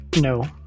No